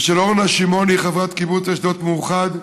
ושל אורנה שמעוני, חברת קיבוץ אשדות יעקב מאוחד,